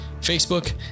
Facebook